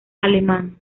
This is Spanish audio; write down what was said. alemán